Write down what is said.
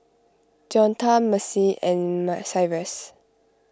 Deonta Macy and Ma Cyrus